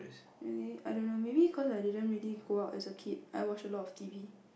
really I don't know maybe cause I didn't really go out as a kid I watch a lot of T_V